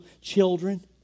children